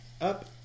Up